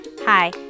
Hi